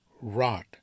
rot